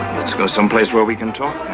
let's go someplace where we can talk